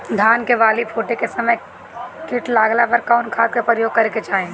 धान के बाली फूटे के समय कीट लागला पर कउन खाद क प्रयोग करे के चाही?